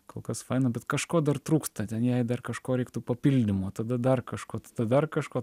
kol kas faina bet kažko dar trūksta ten jei dar kažko reiktų papildymo tada dar kažko tada dar kažko